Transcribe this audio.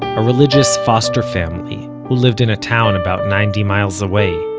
a religious foster family who lived in a town about ninety miles away.